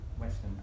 Western